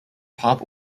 pop